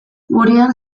gurean